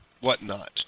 whatnot